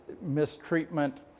mistreatment